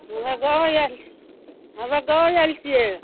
हमरा गाँव आयल हमरा गाँव आयल छियै